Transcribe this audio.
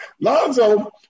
Lonzo